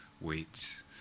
weights